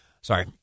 Sorry